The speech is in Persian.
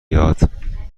بیاد